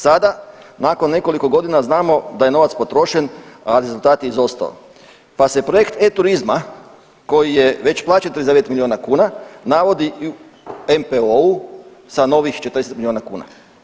Sada nakon nekoliko godina znamo da je novac potrošen, a rezultat je izostao, pa se projekt e-turizma koji je već plaćen 39 milijuna kuna navodi i u NPOO-u sa novih 40 milijuna kuna.